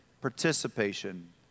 participation